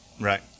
Right